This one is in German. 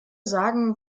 sagen